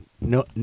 no